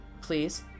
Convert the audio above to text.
please